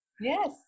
Yes